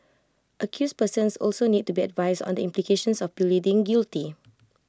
accused persons also need to be advised on the implications of pleading guilty